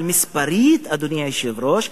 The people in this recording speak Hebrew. אבל מספרית, אדוני היושב-ראש,